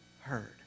heard